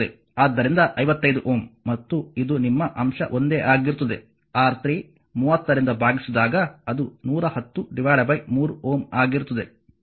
ಆದ್ದರಿಂದ 55 Ω ಮತ್ತು ಇದು ನಿಮ್ಮ ಅಂಶ ಒಂದೇ ಆಗಿರುತ್ತದೆ R3 30 ರಿಂದ ಭಾಗಿಸಿದಾಗ ಅದು 110 3Ω ಆಗಿರುತ್ತದೆ